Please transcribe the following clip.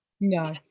No